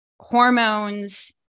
hormones